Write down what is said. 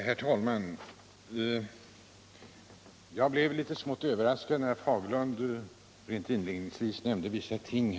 Herr talman! Jag blev litet smått överraskad när herr Fagerlund inledningsvis nämnde vissa ting.